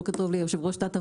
בוקר טוב ליושב-ראש ועדת המשנה.